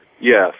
Yes